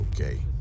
okay